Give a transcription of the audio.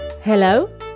Hello